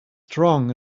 strong